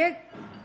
Ég geri